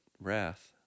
wrath